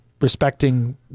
respecting